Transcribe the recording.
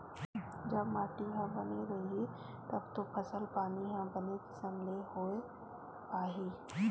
जब माटी ह बने रइही तब तो फसल पानी ह बने किसम ले होय पाही